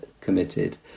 committed